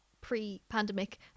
pre-pandemic